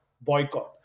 boycott